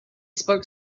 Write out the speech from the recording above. spoke